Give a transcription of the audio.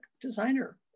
designer